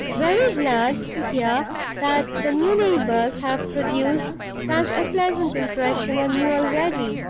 very glad to hear that the new neighbors have produced such a pleasant impression on you already.